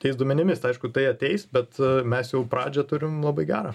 tais duomenimis tai aišku tai ateis bet mes jau pradžią turim labai gerą